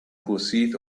pursuit